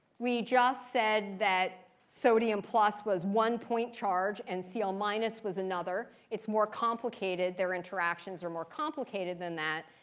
we just said that sodium plus was one point charge and cl ah minus was another. it's more complicated. their interactions are more complicated than that.